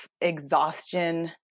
exhaustion